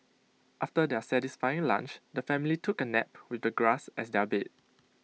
after their satisfying lunch the family took A nap with the grass as their bed